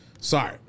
Sorry